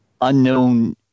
unknown